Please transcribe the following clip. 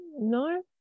No